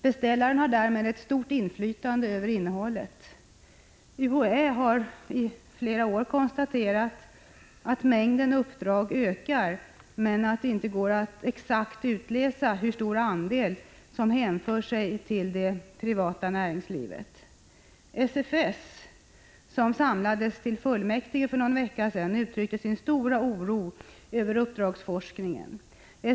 Beställaren har därmed ett stort inflytande över innehållet. UHÄ har i flera år konstaterat att mängden uppdrag ökar, men att det inte går att exakt utläsa hur stor andel som hänför sig till det privata näringslivet. SFS, som samlades till fullmäktige för någon vecka sedan, uttryckte sin stora oro över uppdragsforskningen.